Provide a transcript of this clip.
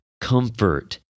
comfort